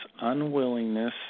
unwillingness